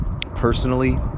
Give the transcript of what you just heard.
personally